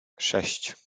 sześć